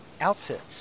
outfits